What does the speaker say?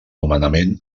nomenament